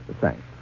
thanks